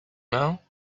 now